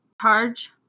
charge